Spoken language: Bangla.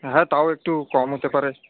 হ্যাঁ তাও একটু কম হতে পারে